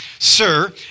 Sir